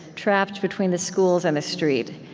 trapped between the schools and the street.